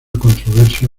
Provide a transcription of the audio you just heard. controversia